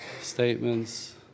statements